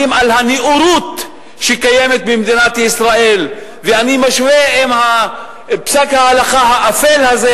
על הנאורות שקיימת במדינת ישראל ואני משווה עם פסק ההלכה האפל הזה,